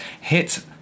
hit